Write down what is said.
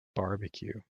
barbecue